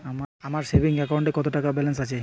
আমার সেভিংস অ্যাকাউন্টে কত টাকা ব্যালেন্স আছে?